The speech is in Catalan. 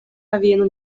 havien